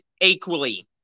equally